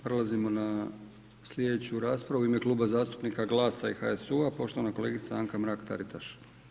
Prelazimo na sljedeću raspravu u ime Kluba zastupnika GLAS-a i HSU-a poštovana kolegica Anka Mrak Taritaš.